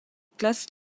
classes